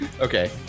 Okay